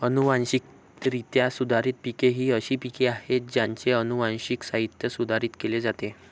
अनुवांशिकरित्या सुधारित पिके ही अशी पिके आहेत ज्यांचे अनुवांशिक साहित्य सुधारित केले जाते